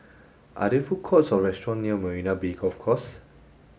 are there food courts or restaurants near Marina Bay Golf Course